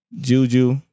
Juju